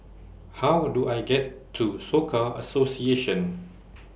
How Do I get to Soka Association